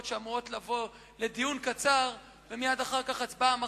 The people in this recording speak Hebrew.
שאמורות לבוא לדיון קצר ומייד אחר כך הצבעה,